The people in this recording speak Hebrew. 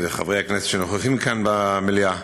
חברי הכנסת שנוכחים כאן במליאה,